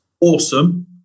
awesome